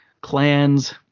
clans